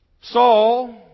Saul